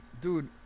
dude